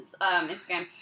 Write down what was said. Instagram